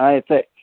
हा येतो आहे